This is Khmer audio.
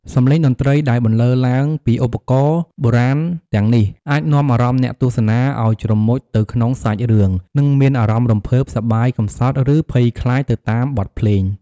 សំឡេងតន្ត្រីដែលបន្លឺឡើងពីឧបករណ៍បុរាណទាំងនេះ អាចនាំអារម្មណ៍អ្នកទស្សនាឱ្យជ្រមុជទៅក្នុងសាច់រឿង និងមានអារម្មណ៍រំភើប សប្បាយ កំសត់ ឬភ័យខ្លាចទៅតាមបទភ្លេង។